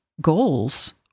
goals